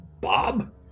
Bob